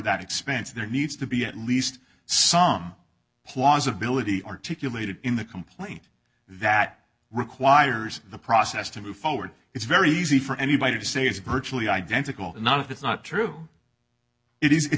that expense there needs to be at least some plausibility articulated in the complaint that requires the process to move forward it's very easy for anybody to say it's virtually identical not if it's not true it is i